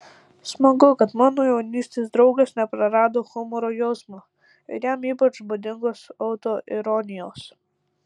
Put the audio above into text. smagu kad mano jaunystės draugas neprarado humoro jausmo ir jam ypač būdingos autoironijos